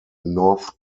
north